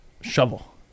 shovel